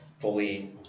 fully